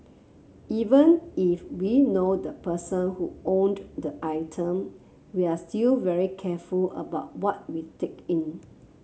even if we know the person who owned the item we're still very careful about what we take in